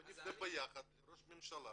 בוא נפנה ביחד לראש הממשלה